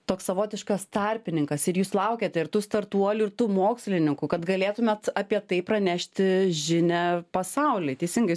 toks savotiškas tarpininkas ir jūs laukiate ir tų startuolių ir tų mokslininkų kad galėtumėt apie tai pranešti žinią pasauliui teisingai